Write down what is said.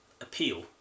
appeal